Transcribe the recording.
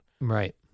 Right